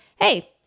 hey